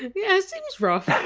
yes. seems rough.